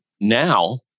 Now